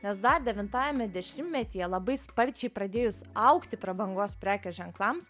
nes dar devintajame dešimtmetyje labai sparčiai pradėjus augti prabangos prekės ženklams